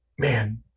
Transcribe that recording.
Man